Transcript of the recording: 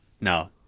no